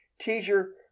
Teacher